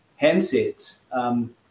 handsets